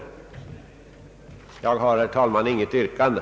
Jag har, herr talman, inte något yrkande.